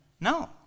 no